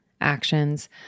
actions